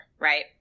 Right